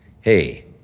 Hey